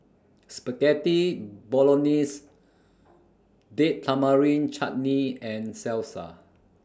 Spaghetti Bolognese Date Tamarind Chutney and Salsa